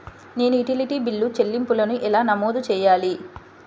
నేను utility bill చెల్లింపులను ఎలా నమోదు చేయాలి?